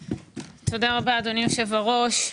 תודה רבה אדוני היושב ראש.